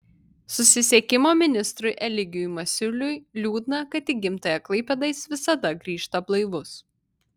susisiekimo ministrui eligijui masiuliui liūdna kad į gimtąją klaipėdą jis visada grįžta blaivus